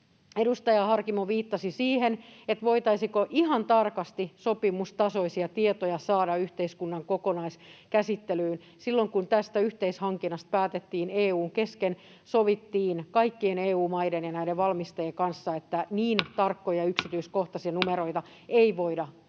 edustaja Harkimo viittasi siihen, voitaisiinko ihan tarkasti sopimustasoisia tietoja saada yhteiskunnan kokonaiskäsittelyyn. Silloin kun tästä yhteishankinnasta päätettiin, EU:n kesken sovittiin — kaikkien EU-maiden ja näiden valmistajien kanssa — että niin tarkkoja yksityiskohtaisia numeroita ei voida käydä